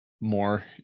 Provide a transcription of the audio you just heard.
more